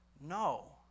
No